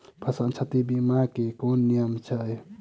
फसल क्षति बीमा केँ की नियम छै?